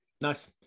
Nice